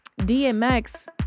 dmx